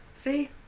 See